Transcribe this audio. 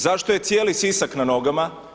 Zašto je cijeli Sisak na nogama?